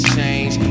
change